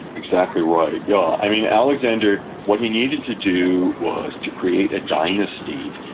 exactly right. yeah i mean, alexander, what he needed to do was to create a dynasty,